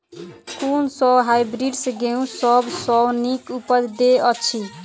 कुन सँ हायब्रिडस गेंहूँ सब सँ नीक उपज देय अछि?